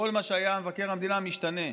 וכל מה שהיה עם מבקר המדינה משתנה.